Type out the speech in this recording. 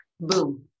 Boom